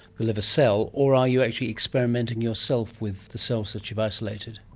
the liver cell, or are you actually experimenting yourself with the cells that you've isolated?